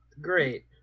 great